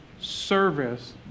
service